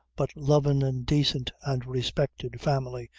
but lovin' and dacent and respected family,